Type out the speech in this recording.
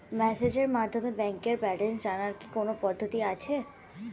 মেসেজের মাধ্যমে ব্যাংকের ব্যালেন্স জানার কি কোন পদ্ধতি আছে?